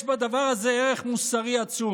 יש בדבר הזה ערך מוסרי עצום.